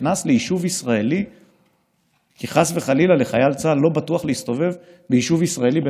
שאני חולק עליה ועל דעותיה ברוב-רובם של המקרים,